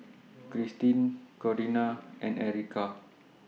Krystin Corinna and Erykah